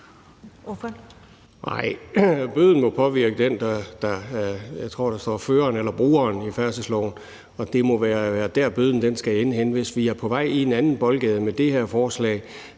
Bøden må påvirke føreren eller brugeren, tror jeg der står i færdselsloven, og det må være der, bøden skal ende henne. Hvis vi er på vej i en anden boldgade med det her forslag,